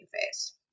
phase